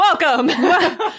Welcome